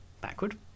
backward